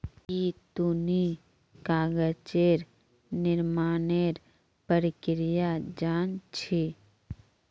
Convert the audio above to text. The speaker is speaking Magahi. की तुई कागज निर्मानेर प्रक्रिया जान छि